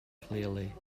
clearly